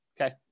Okay